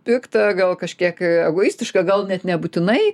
piktą gal kažkiek egoistišką gal net nebūtinai